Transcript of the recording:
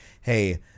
hey